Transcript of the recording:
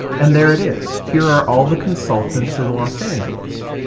and there it is. here are all the consultants in los angeles.